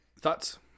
Thoughts